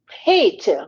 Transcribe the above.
hate